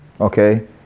Okay